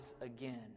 again